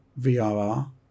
VRR